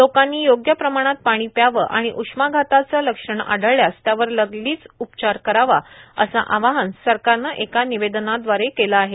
लोकांनी योग्य प्रमाणात पाणी प्यावं आणि उष्माघाताचे लक्षण आढळल्यास त्यावर लागलीच उपचार करावा असं आवाहन सरकारनं एका निवेदनाद्वारे केलं आहे